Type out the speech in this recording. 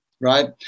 right